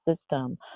system